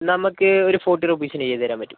നമുക്ക് ഒരു ഫോർട്ടി റുപ്പീസിന് ചെയ്ത് തരാൻ പറ്റും